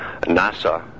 NASA